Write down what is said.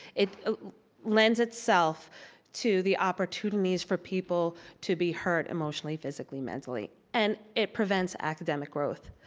it lends itself to the opportunities for people to be hurt emotionally, physically, mentally. and it prevents academic growth.